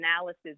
analysis